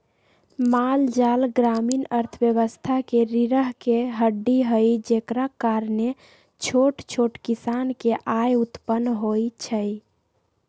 माल जाल ग्रामीण अर्थव्यवस्था के रीरह के हड्डी हई जेकरा कारणे छोट छोट किसान के आय उत्पन होइ छइ